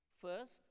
First